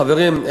חברים,